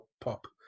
pop